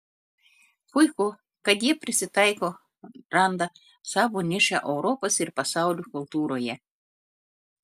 puiku kad jie prisitaiko randa savo nišą europos ir pasaulio kultūroje